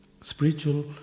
spiritual